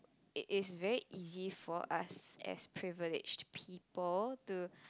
it is very easy for us as privileged people to